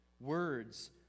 Words